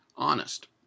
honest